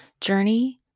journey